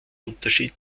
unterschied